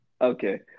Okay